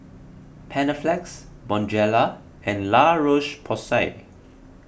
Panaflex Bonjela and La Roche Porsay